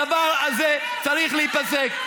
הדבר הזה צריך להיפסק.